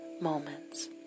moments